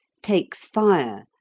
takes fire,